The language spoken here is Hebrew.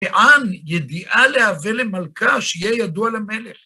כען ידיע להוא למלכא, שיהיה ידוע למלך.